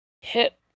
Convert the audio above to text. hit